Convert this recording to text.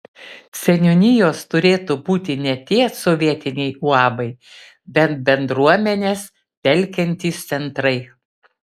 seniūnijos turėtų būti ne tie sovietiniai uabai bet bendruomenes telkiantys centrai